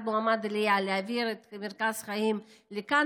מועמד עלייה להעביר את מרכז החיים לכאן,